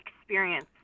experience